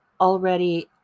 already